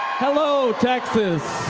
hello, texas.